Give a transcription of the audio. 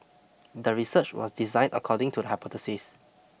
the research was designed according to the hypothesis